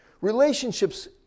Relationships